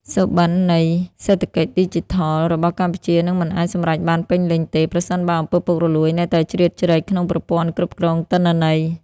សុបិននៃ "សេដ្ឋកិច្ចឌីជីថល" របស់កម្ពុជានឹងមិនអាចសម្រេចបានពេញលេញទេ ប្រសិនបើ អំពើពុករលួយ នៅតែជ្រៀតជ្រែកក្នុងប្រព័ន្ធគ្រប់គ្រងទិន្នន័យ។